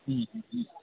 ह्म् ह्म् ह्म्